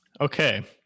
okay